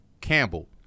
Campbell